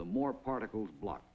the more particles blo